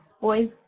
boys